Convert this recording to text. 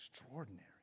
Extraordinary